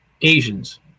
Asians